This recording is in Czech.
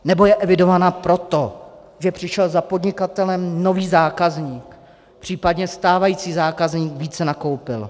Nebo je evidována proto, že přišel za podnikatelem nový zákazník, případně stávající zákazník více nakoupil.